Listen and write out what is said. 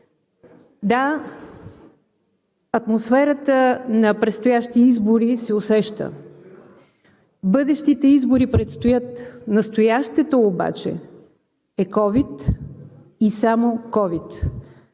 Да, атмосферата на предстоящи избори се усеща – бъдещите избори предстоят, настоящето обаче е ковид и само ковид.